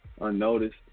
unnoticed